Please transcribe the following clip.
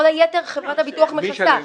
כל היתר חברת הביטוח מכסה.